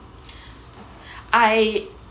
I